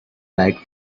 back